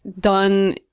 done